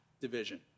division